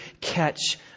catch